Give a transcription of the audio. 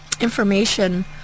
information